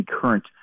current